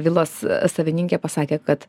vilos savininkė pasakė kad